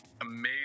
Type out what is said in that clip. amazing